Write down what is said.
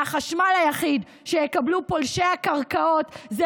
והחשמל היחיד שיקבלו פולשי הקרקעות זה